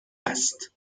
است